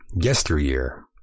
yesteryear